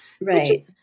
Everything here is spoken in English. Right